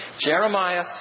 Jeremiah